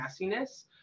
messiness